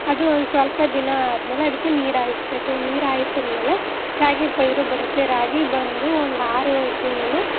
ಅದು ಒಂದು ಸ್ವಲ್ಪ ದಿನ ಆದ್ಮೇಲೆ ಅದಕ್ಕೆ ನೀರಾಯಿಸ್ಬೇಕು ನೀರು ಹಾಯ್ಸಿದ ಮೇಲೆ ರಾಗಿ ಪೈರು ಬರುತ್ತೆ ರಾಗಿ ಬಂದು ಒಂದು ಆರೇಳು ತಿಂಗಳು